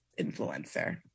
influencer